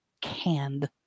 canned